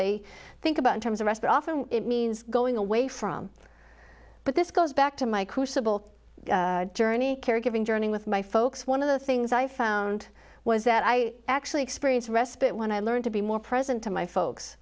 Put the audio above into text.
they think about in terms of us but often it means going away from but this goes back to my crucible journey caregiving journey with my folks one of the things i found was that i actually experienced a respite when i learned to be more present to my folks